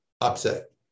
upset